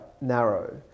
narrow